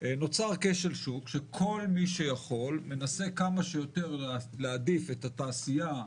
נוצר כשל שוק שכל מי שיכול מנסה כמה שיותר להעדיף את התעשייה,